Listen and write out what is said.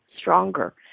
stronger